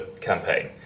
campaign